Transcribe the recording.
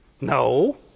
No